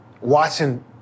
watching